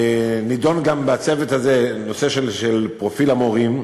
נדון בצוות הזה גם נושא פרופיל המורים,